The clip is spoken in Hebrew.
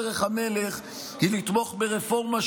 דרך המלך היא לתמוך ברפורמה,